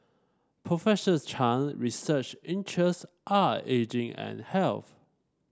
Professor Chan research interest are ageing and health